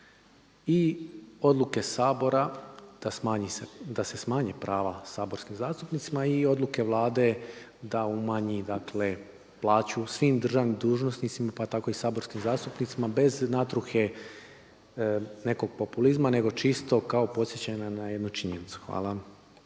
i odluke Sabora da se smanje prava saborskim zastupnicima i odluke Vlade da umanji, dakle plaću svim državnim dužnosnicima pa tako i saborskim zastupnicima bez natruhe nekog populizma, nego čisto kao podsjećanje na jednu činjenicu. Hvala.